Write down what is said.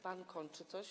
Pan kończy coś?